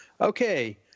Okay